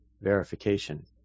verification